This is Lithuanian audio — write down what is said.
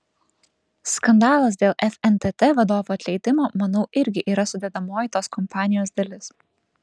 skandalas dėl fntt vadovų atleidimo manau irgi yra sudedamoji tos kampanijos dalis